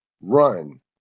run